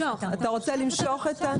אתה רוצה למשוך את הרוויזיה?